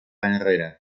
enrere